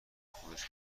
خودش